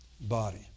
body